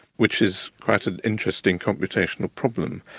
which is quite an interesting computational problem.